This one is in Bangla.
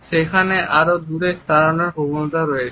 সেখানে আরও দূরে দাঁড়ানোর প্রবণতা রয়েছে